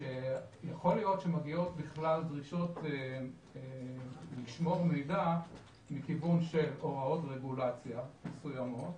שמגיעות בכלל דרישות לשמור מידע מכיוון של הוראות רגולציה מסוימות